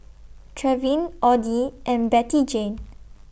Trevin Oddie and Bettyjane